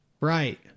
Right